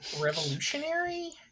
revolutionary